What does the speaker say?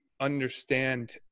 understand